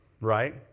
right